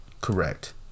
Correct